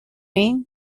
mean